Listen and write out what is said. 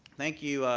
thank you,